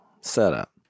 setup